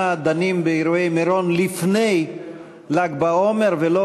אנחנו דנים באירועי מירון לפני ל"ג בעומר ולא,